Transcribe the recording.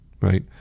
Right